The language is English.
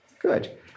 Good